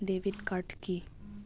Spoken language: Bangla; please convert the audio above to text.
Debit card key?